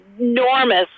enormous